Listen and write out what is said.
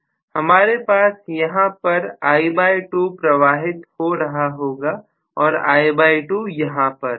हमारे पास यहां पर I2 प्रवाहित हो रहा है और I2 यहां पर